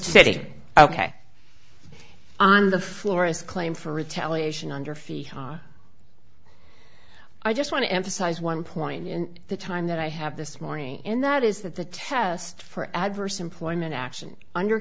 decided ok on the floor as claim for retaliation under fee ha i just want to emphasize one point and the time that i have this morning in that is that the test for adverse employment action under